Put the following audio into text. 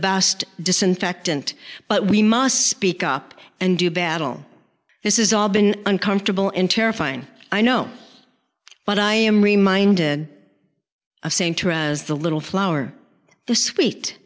best disinfectant but we must speak up and do battle this is all been uncomfortable in terrifying i know but i am reminded of saying to as the little flower the sweet